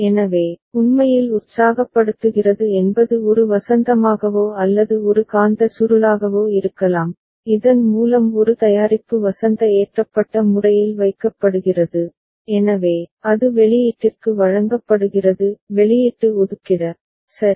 எனவே உண்மையில் உற்சாகப்படுத்துகிறது என்பது ஒரு வசந்தமாகவோ அல்லது ஒரு காந்த சுருளாகவோ இருக்கலாம் இதன் மூலம் ஒரு தயாரிப்பு வசந்த ஏற்றப்பட்ட முறையில் வைக்கப்படுகிறது எனவே அது வெளியீட்டிற்கு வழங்கப்படுகிறது வெளியீட்டு ஒதுக்கிட சரி